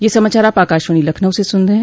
ब्रे क यह समाचार आप आकाशवाणी लखनऊ से सुन रहे हैं